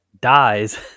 dies